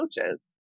coaches